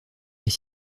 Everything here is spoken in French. est